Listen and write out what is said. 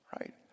right